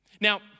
Now